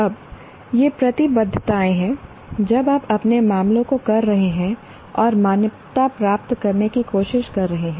अब ये प्रतिबद्धताएं हैं जब आप अपने मामलों को कर रहे हैं और मान्यता प्राप्त करने की कोशिश कर रहे हैं